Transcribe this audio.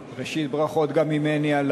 ראשית, ברכות גם ממני על